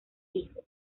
hijos